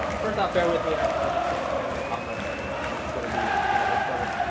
first off, bear with me. i'm a little bit sick. i have a toddler so this is going to be me the whole quarter.